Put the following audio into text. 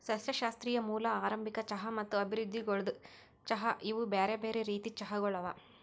ಸಸ್ಯಶಾಸ್ತ್ರೀಯ ಮೂಲ, ಆರಂಭಿಕ ಚಹಾ ಮತ್ತ ಅಭಿವೃದ್ಧಿಗೊಳ್ದ ಚಹಾ ಇವು ಬ್ಯಾರೆ ಬ್ಯಾರೆ ರೀತಿದ್ ಚಹಾಗೊಳ್ ಅವಾ